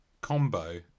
combo